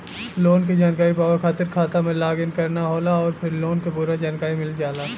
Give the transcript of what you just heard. loan क जानकारी पावे खातिर खाता में लॉग इन करना होला आउर फिर लोन क पूरा जानकारी मिल जाला